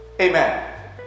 Amen